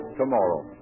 tomorrow